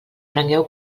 prengueu